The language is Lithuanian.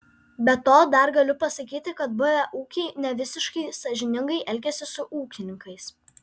be to dar galiu pasakyti kad buvę ūkiai nevisiškai sąžiningai elgiasi su ūkininkais